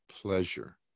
pleasure